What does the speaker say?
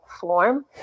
form